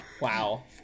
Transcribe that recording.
Wow